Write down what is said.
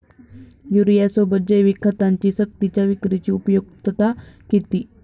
युरियासोबत जैविक खतांची सक्तीच्या विक्रीची उपयुक्तता किती?